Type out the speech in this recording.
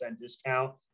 discount